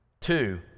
Two